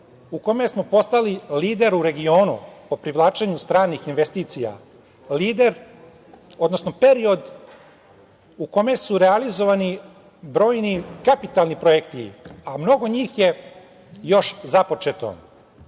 u kome smo postali lider u regionu po privlačenju stranih investicija, odnosno period u kome su realizovani brojni kapitalni projekti, a mnogo njih je još započeto.